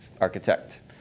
architect